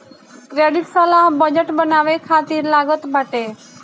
credit सलाह budget बनावे खातिर लागत बाटे